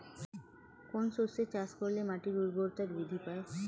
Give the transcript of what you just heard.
কোন শস্য চাষ করলে মাটির উর্বরতা বৃদ্ধি পায়?